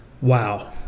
Wow